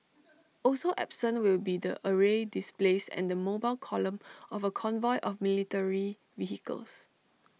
also absent will be the aerial displays and the mobile column of A convoy of military vehicles